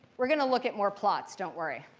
we're going to look at more plots, don't worry.